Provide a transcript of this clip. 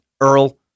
earl